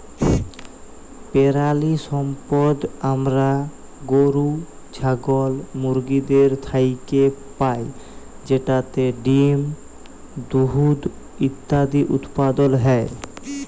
পেরালিসম্পদ আমরা গরু, ছাগল, মুরগিদের থ্যাইকে পাই যেটতে ডিম, দুহুদ ইত্যাদি উৎপাদল হ্যয়